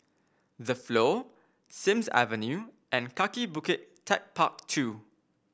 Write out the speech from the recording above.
The Flow Sims Avenue and Kaki Bukit TechparK Two